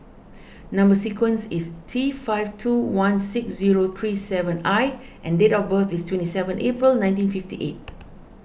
Number Sequence is T five two one six zero three seven I and date of birth is twenty seven April nineteen fifty eight